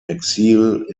exil